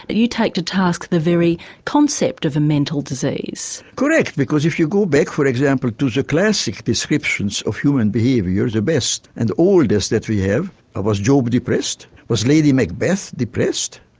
you take to task the very concept of a mental disease. correct, because if you go back for example to the classic descriptions of human behaviour, the best and oldest that we have was job depressed? was lady macbeth depressed?